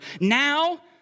Now